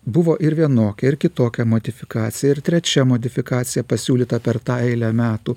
buvo ir vienokia ar kitokia modifikacija ir trečia modifikacija pasiūlyta per tą eilę metų